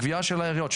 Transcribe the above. הגבייה של העיריות,